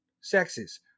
sexes